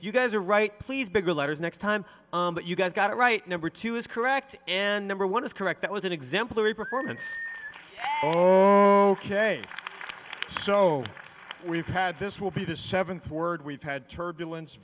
you guys are right please bigger letters next time that you guys got it right number two is correct and number one is correct that was an exemplary performance ok so we've had this will be the seventh word we've had turbulence